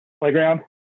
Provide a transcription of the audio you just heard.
playground